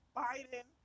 biden